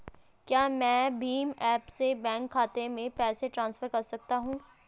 क्या मैं भीम ऐप से बैंक खाते में पैसे ट्रांसफर कर सकता हूँ?